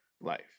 life